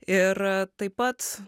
ir taip pat